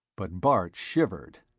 but bart shivered.